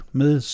med